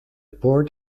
board